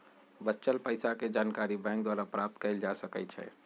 बच्चल पइसाके जानकारी बैंक द्वारा प्राप्त कएल जा सकइ छै